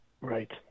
Right